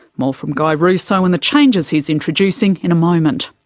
more from guy russo and the changes he's introducing in a moment.